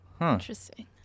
Interesting